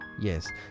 Yes